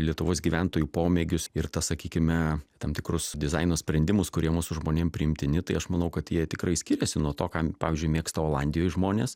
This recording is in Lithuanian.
lietuvos gyventojų pomėgius ir tas sakykime tam tikrus dizaino sprendimus kurie mūsų žmonėm priimtini tai aš manau kad jie tikrai skiriasi nuo to ką pavyzdžiui mėgsta olandijoj žmonės